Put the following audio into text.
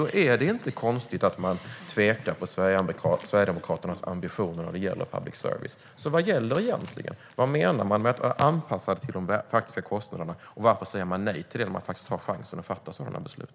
Då är det inte konstigt att man tvekar om Sverigedemokraternas ambitioner när det gäller public service. Vad gäller egentligen? Vad menar Sverigedemokraterna med att anpassa till de faktiska kostnaderna? Och varför säger man nej till det när man har chansen att fatta sådana beslut?